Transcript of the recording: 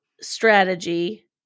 strategy